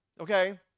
Okay